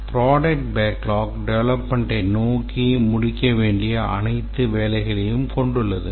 product backlog டெவெலப்மெண்டை நோக்கி முடிக்க வேண்டிய அனைத்து வேலைகளையும் கொண்டுள்ளது